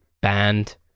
banned